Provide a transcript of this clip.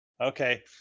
Okay